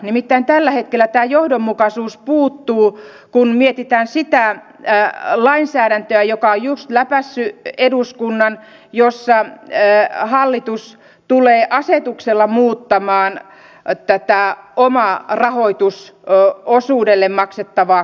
nimittäin tällä hetkellä tämä johdonmukaisuus puuttuu kun mietitään sitä lainsäädäntöä joka on just läpäissyt eduskunnan ja jossa hallitus tulee asetuksella muuttamaan tätä omarahoitusosuudelle maksettavaa korkoa